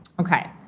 Okay